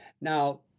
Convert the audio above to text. Now